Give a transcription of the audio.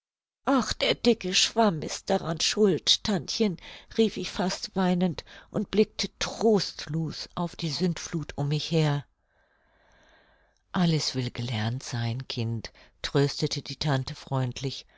ach der dicke schwamm ist dran schuld tantchen rief ich fast weinend und blickte trostlos auf die sündfluth um mich her alles will gelernt sein kind tröstete die tante freundlich